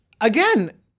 again